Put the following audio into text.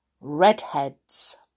redheads